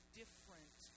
different